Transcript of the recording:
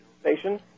station